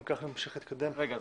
אם כן, נסכם.